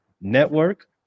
Network